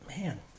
man